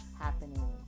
happening